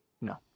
No